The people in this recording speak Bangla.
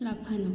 লাফানো